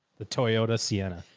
the toyota sienna.